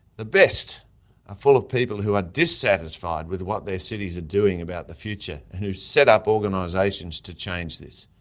the best are ah full of people who are dissatisfied with what their cities are doing about the future, and who set up organisations to change this.